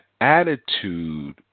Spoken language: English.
attitude